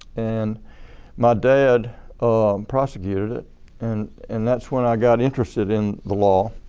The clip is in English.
and my dad prosecuted it and and that's when i got interested in the law.